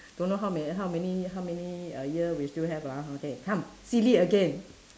don't know how ma~ how many how many uh year we still have lah ha okay come silly again